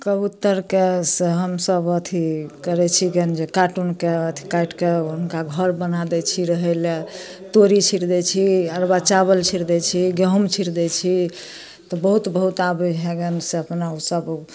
कबुत्तरके से हमसब अथी करै छी कार्टुनके अथी काटि कए हुनका घर बना दै छी रहै लए तोरी छीटि दै छी अरवा चावल छीटि दै छी गेहूॅंम छीटि दै छी तऽ बहुत बहुत आबै है गन से अपना उसब